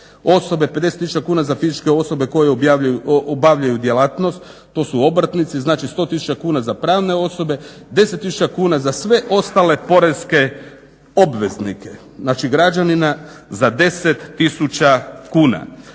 tisuća kuna za fizičke osobe koje obavljaju djelatnost, to su obrtnici. Znači, 100 tisuća kuna za pravne osobe, 10 tisuća kuna za sve ostale porezne obveznike, znači građanina za 10 tisuća kuna.